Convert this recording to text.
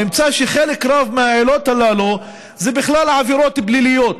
נמצא שחלק רב מהעילות הללו הן בכלל עבירות פליליות: